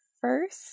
First